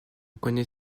connais